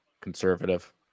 Conservative